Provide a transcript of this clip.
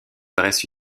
dresse